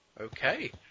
Okay